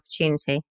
opportunity